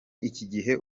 nk’igihe